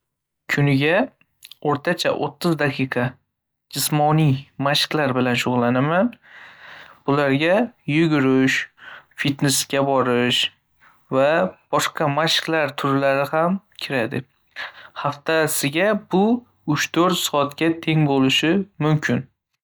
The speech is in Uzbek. Kuniga o‘rtacha o’ttiz daqiqa jismoniy mashqlar bilan shug‘ullanaman. Bularga yugurush, fitnesga borish va boshqa mashqlar turlari ham kiradi. Haftasiga bu uch to’rt soatga teng bo‘lishi mumkin.